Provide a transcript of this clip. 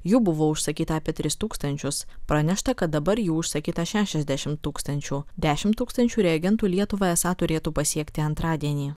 jų buvo užsakyta apie tris tūkstančius pranešta kad dabar jų užsakyta šešiasdešim tūkstančių dešimt tūkstančių reagentų lietuvą esą turėtų pasiekti antradienį